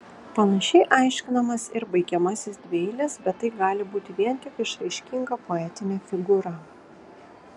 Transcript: panašiai aiškinamas ir baigiamasis dvieilis bet tai gali būti vien tik išraiškinga poetinė figūra